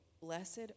Blessed